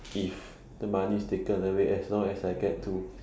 if the money is taken away as long as I get to